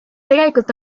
tegelikult